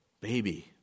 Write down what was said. baby